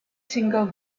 single